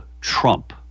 Trump